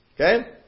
Okay